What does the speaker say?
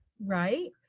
Right